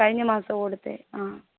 കഴിഞ്ഞ മാസമാണ് കൊടുത്തത് ആ